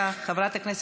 תודה לך, גברתי.